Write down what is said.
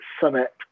summit